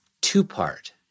two-part